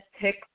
pick